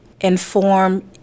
inform